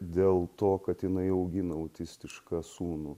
dėl to kad jinai augina autistišką sūnų